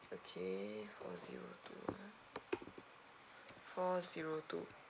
okay four zero two ah four zero two